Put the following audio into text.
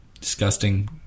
disgusting